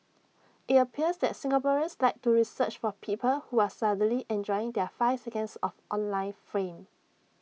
IT appears that Singaporeans like to research for people who are suddenly enjoying their five seconds of online fame